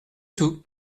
tout